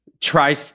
try